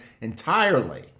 entirely